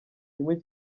kimwe